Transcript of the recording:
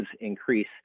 increase